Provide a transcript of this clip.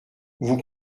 vous